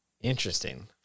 Interesting